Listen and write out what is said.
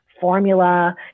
formula